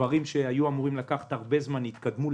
דברים שהיו אמורים לקחת הרבה זמן התקדמו.